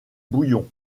bouillon